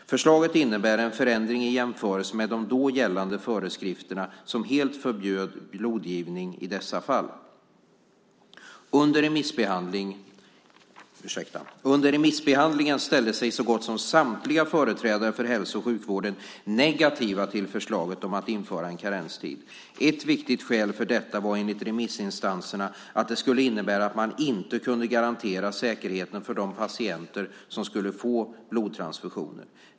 Förslaget innebar en förändring i jämförelse med de då gällande föreskrifterna, som helt förbjöd blodgivning i dessa fall. Under remissbehandlingen ställde sig så gott som samtliga företrädare för hälso och sjukvården negativa till förslaget om att införa en karenstid. Ett viktigt skäl för detta var enligt remissinstanserna att det skulle innebära att man inte kunde garantera säkerheten för de patienter som skulle få blodtransfusioner.